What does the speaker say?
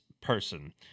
person